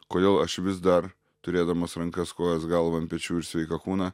kodėl aš vis dar turėdamas rankas kojas galvą ant pečių ir sveiką kūną